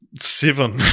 Seven